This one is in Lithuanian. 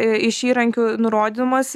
iš įrankių nurodymas